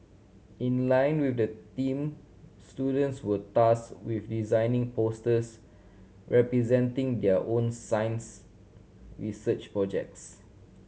in line with the theme students were tasked with designing posters representing their own science research projects